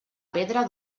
pedra